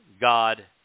God